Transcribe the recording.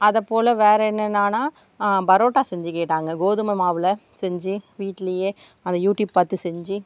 அதே போல் வேறு என்னெனானா பரோட்டா செஞ்சு கேட்டாங்க கோதுமை மாவில் செஞ்சு வீட்டிலயே அந்த யூடியூப் பார்த்து செஞ்சு